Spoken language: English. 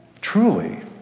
truly